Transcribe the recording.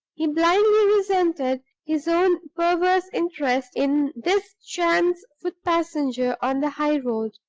he blindly resented his own perverse interest in this chance foot passenger on the high-road,